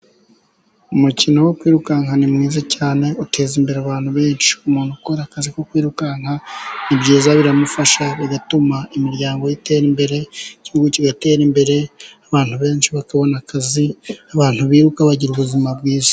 Umukino wo kwirukanka ni mwiza cyane, uteza imbere abantu benshi, umuntu ukora akazi ko kwirukanka ni byiza; biramufasha, bigatuma imiryango ye itera imbere, igihugu kigatera imbere, abantu benshi bakabona akazi, abantu biruka bagira ubuzima bwiza.